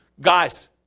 guys